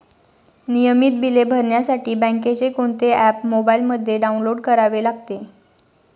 नियमित बिले भरण्यासाठी बँकेचे कोणते ऍप मोबाइलमध्ये डाऊनलोड करावे लागेल?